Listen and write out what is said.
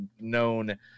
known